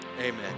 amen